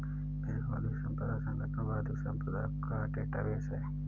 विश्व बौद्धिक संपदा संगठन बौद्धिक संपदा का डेटाबेस है